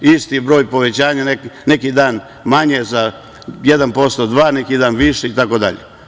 Isti broj povećanja, neki dan manje za 1%, 2%, a neki dan više itd.